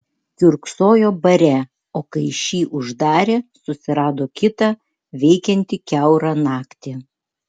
kiurksojo bare o kai šį uždarė susirado kitą veikiantį kiaurą naktį